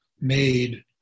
made